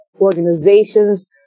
organizations